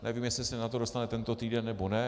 Nevím, jestli se na to dostane tento týden, nebo ne.